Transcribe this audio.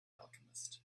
alchemist